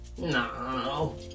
no